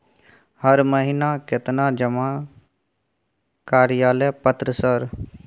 हर महीना केतना जमा कार्यालय पत्र सर?